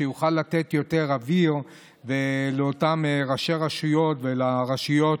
שיוכל לתת יותר אוויר לאותם ראשי רשויות ולרשויות,